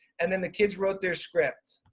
and then the kids wrote their scripts.